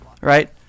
Right